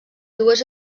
dues